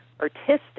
artistic